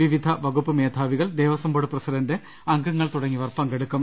വിവിധ വകുപ്പ് മേധാവികൾ ദേവസം ബോർഡ് പ്രസിഡന്റ് അംഗങ്ങൾ തുടങ്ങിയവർ പങ്കെടുക്കും